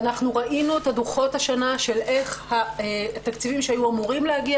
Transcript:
ראינו את הדוחות השנה איך התקציבים שהיו אמורים להגיע